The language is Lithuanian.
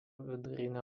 vidurinę